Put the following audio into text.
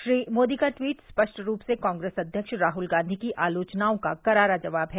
श्री मोदी का ट्वीट स्पष्ट रूप से कांग्रेस अध्यक्ष राहुल गांधी की आलोचनाओं का करारा जवाब है